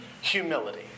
humility